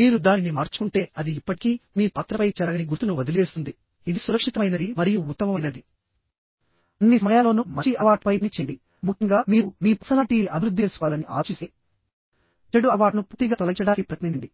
మీరు దానిని మార్చుకుంటే అది ఇప్పటికీ మీ పాత్రపై చెరగని గుర్తును వదిలివేస్తుందిఇది సురక్షితమైనది మరియు ఉత్తమమైనది అన్ని సమయాలలోను మంచి అలవాట్లపై పని చేయండిముఖ్యంగా మీరు మీ పర్సనాలిటీ ని అభివృద్ధి చేసుకోవాలని ఆలోచిస్తేచెడు అలవాట్లను పూర్తిగా తొలగించడానికి ప్రయత్నించండి